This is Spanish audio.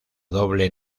doble